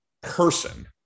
person